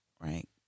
Right